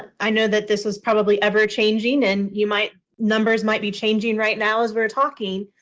i know that this is probably ever changing and you might numbers might be changing right now as we're talking.